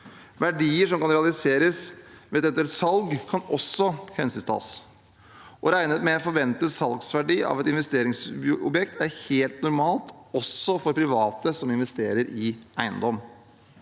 Verdier som kan realiseres ved et eventuelt salg, kan også hensyntas. Å regne med en forventet salgsverdi av et investeringsobjekt er helt normalt, også for private som investerer i eiendom.